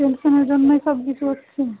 টেনশনের জন্যই সব কিছু হচ্ছে